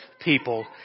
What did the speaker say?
people